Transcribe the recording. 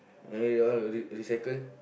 maybe that one re~ recycle